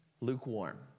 lukewarm